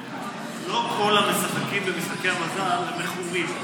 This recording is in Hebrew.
לא כל המשחקים במשחקי המזל הם מכורים,